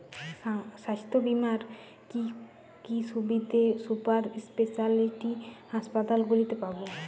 স্বাস্থ্য বীমার কি কি সুবিধে সুপার স্পেশালিটি হাসপাতালগুলিতে পাব?